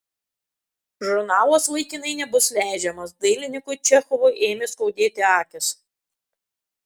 žurnalas laikinai nebus leidžiamas dailininkui čechovui ėmė skaudėti akys